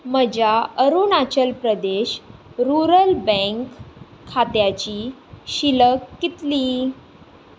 म्हज्या Arunachal Pradesh rural bank खात्याची शिलक कितली